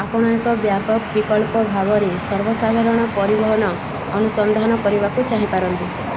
ଆପଣ ଏକ ବ୍ୟାକ୍ଅପ୍ ବିକଳ୍ପ ଭାବରେ ସର୍ବସାଧାରଣ ପରିବହନ ଅନୁସନ୍ଧାନ କରିବାକୁ ଚାହିଁପାରନ୍ତି